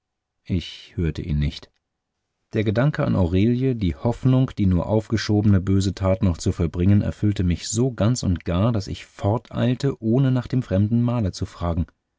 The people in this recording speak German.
ich hörte ihn nicht der gedanke an aurelie die hoffnung die nur aufgeschobene böse tat noch zu vollbringen erfüllte mich so ganz und gar daß ich forteilte ohne nach dem fremden maler zu fragen